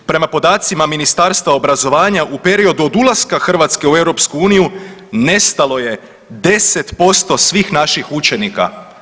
Prema podacima Ministarstva obrazovanja u periodu od ulaska RH u EU nestalo je 10% svih naših učenika.